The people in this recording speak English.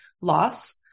loss